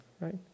right